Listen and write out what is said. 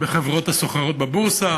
בחברות הסוחרות בבורסה.